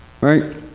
Right